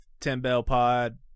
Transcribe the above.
TimBellPod